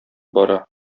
бара